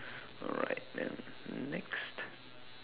alright man next